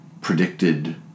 predicted